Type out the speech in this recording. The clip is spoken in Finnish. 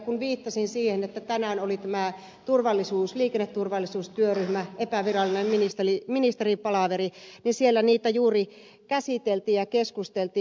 kun viittasin siihen että tänään oli tämä liikenneturvallisuustyöryhmä epävirallinen ministeripalaveri niin siellä niitä juuri käsiteltiin ja niistä keskusteltiin